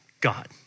God